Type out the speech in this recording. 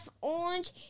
Orange